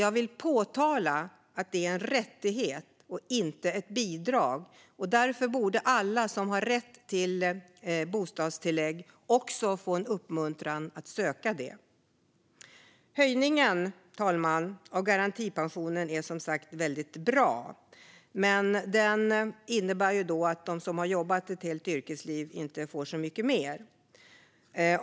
Jag vill betona att det är en rättighet och inte ett bidrag. Därför borde alla som har rätt till bostadstillägg få en uppmuntran att ansöka om det. Herr talman! Höjningen av garantipensionen är som sagt väldigt bra, men den innebär att de som har jobbat ett helt yrkesliv inte får så mycket mer.